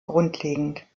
grundlegend